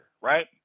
right